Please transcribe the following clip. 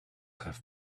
have